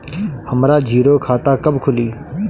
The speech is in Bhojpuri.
हमरा जीरो खाता कब खुली?